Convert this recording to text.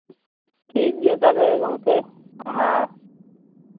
ᱴᱷᱤᱠ ᱜᱮᱭᱟ ᱛᱟᱦᱚᱞᱮ ᱜᱚᱢᱠᱮ ᱚᱱᱟ